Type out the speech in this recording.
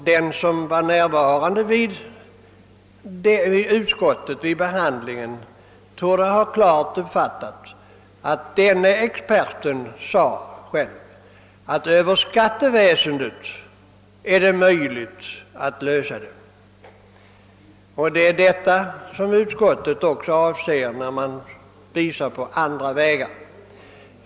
Den som var närvarande vid frågans behandling i utskottet torde ha klart uppfattat, att experten framhöll att det skattevägen är möjligt att åstadkomma en lösning, och det är också detta utskottet avser när det anvisat andra vägar.